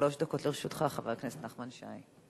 שלוש דקות לרשותך, חבר הכנסת נחמן שי.